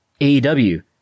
AEW